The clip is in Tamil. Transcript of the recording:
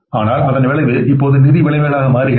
ஆனால் அதன் விளைவு இப்போது நிதி விளைவுகளாக மாறுகிறது